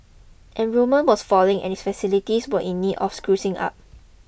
enrolment was falling and its facilities were in need of sprucing up